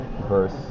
verse